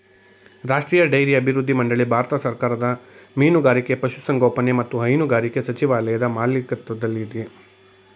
ರಾಷ್ಟ್ರೀಯ ಡೈರಿ ಅಭಿವೃದ್ಧಿ ಮಂಡಳಿ ಭಾರತ ಸರ್ಕಾರದ ಮೀನುಗಾರಿಕೆ ಪಶುಸಂಗೋಪನೆ ಮತ್ತು ಹೈನುಗಾರಿಕೆ ಸಚಿವಾಲಯದ ಮಾಲಿಕತ್ವದಲ್ಲಯ್ತೆ